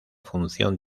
función